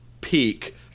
peak